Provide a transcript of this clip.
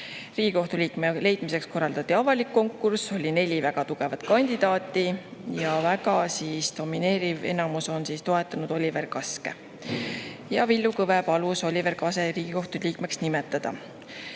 Riigikohtu liikme leidmiseks korraldati avalik konkurss, oli neli väga tugevat kandidaati ja domineeriv enamus on toetanud Oliver Kaske. Villu Kõve palus Oliver Kase Riigikohtu liikmeks nimetada. Küsimusi